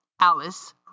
Alice